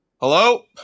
Hello